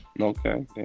Okay